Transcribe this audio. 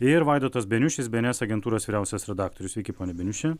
ir vaidotas beniušis bns agentūros vyriausias redaktorius sveiki pone beniuši